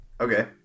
okay